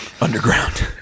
underground